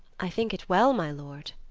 i think it well, my lord.